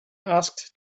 asked